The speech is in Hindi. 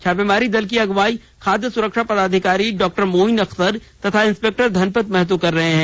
छापामारी दल की अगुवाई खाद्य सुरक्षा पदाधिकारी डॉक्टर मोइन अख्तर तथा इंस्पेक्टर धनपत महतो कर रहे हैं